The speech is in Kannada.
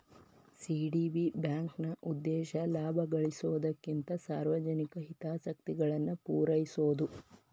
ಸಿ.ಡಿ.ಬಿ ಬ್ಯಾಂಕ್ನ ಉದ್ದೇಶ ಲಾಭ ಗಳಿಸೊದಕ್ಕಿಂತ ಸಾರ್ವಜನಿಕ ಹಿತಾಸಕ್ತಿಗಳನ್ನ ಪೂರೈಸೊದು